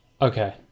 Okay